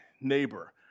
neighbor